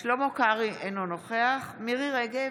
שלמה קרעי, אינו נוכח מירי מרים רגב,